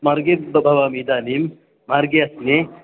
मार्गे ब भवामि इदानीं मार्गे अस्मि